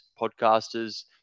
podcasters